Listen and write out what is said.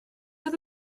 oedd